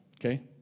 okay